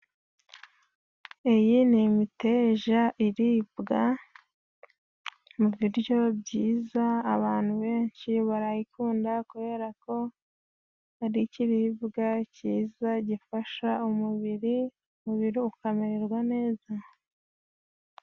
Iyi ni imiteja iribwa, mu biryo byiza, abantu benshi barayikunda kubera ko ari ikiribwa cyiza gifasha umubiri, umubiri ukamererwa neza.